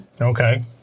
Okay